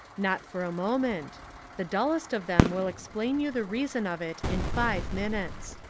not for a moment the dullest of them will explain you the reason of it in five minutes.